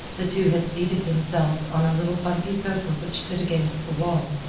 the two had seated themselves on a little bumpy sofa which stood against the wall.